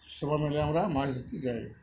সবাই মিলে আমরা মাছ ধরতে যাই